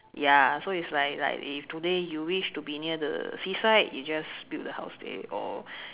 ya so it's like like if today you wish to be near the seaside you just build the house there or